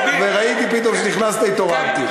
וראיתי פתאום שנכנסת והתעוררתי.